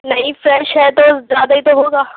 نہیں فریش ہے تو زیادہ ہی تو ہوگا